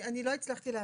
לא הצלחתי להבין.